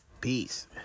peace